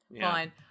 fine